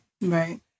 Right